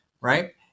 Right